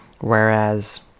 Whereas